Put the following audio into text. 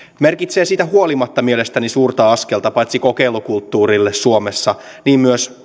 merkitsee siitä huolimatta mielestäni suurta askelta paitsi kokeilukulttuurille suomessa myös